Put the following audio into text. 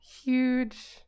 huge